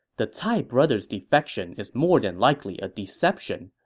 the cai brothers' defection is more than likely a deception.